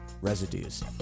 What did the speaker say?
residues